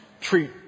treat